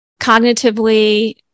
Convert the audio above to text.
Cognitively